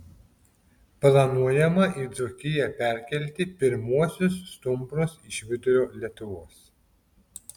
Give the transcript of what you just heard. planuojama į dzūkiją perkelti pirmuosius stumbrus iš vidurio lietuvos